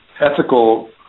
ethical